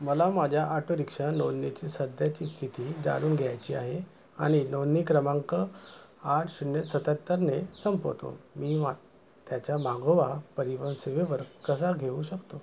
मला माझ्या आटोरिक्षा नोंदणीची सध्याची स्थिती जाणून घ्यायची आहे आणि नोंदणी क्रमांक आठ शून्य सत्याहत्तरने संपतो मी मा त्याच्या मागोवा परिवहन सेवेवर कसा घेऊ शकतो